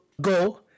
go